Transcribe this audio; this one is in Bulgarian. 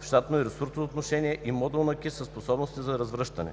в щатно и ресурсно отношение и Модул на КИС със способности за развръщане.